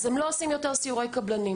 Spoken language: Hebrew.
אז הם לא עושים יותר סיורי קבלנים.